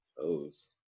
toes